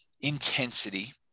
intensity